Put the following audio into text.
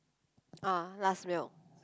uh last meal